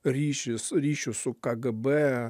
ryšius ryšius su kgb